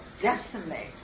decimate